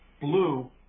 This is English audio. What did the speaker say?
blue